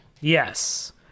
Yes